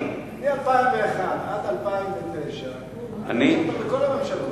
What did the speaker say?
מ-2001 ועד 2009 זה היה בכל הממשלות.